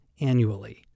annually